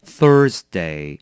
Thursday